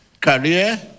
career